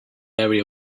area